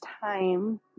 time